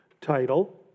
title